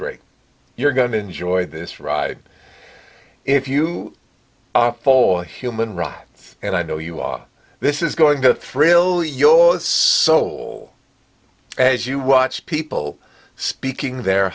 great you're going to enjoy this ride if you poll human right and i know you are this is going to thrill yours soul as you watch people speaking their